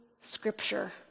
Scripture